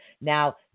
Now